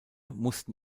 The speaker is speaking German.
mussten